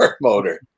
motor